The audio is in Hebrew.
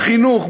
בחינוך,